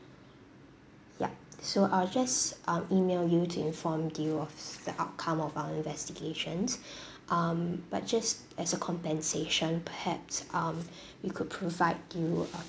yup so I'll just um E-mail you to inform you of s~ the outcome of our investigations um but just as a compensation perhaps um we could provide you uh a